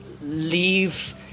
leave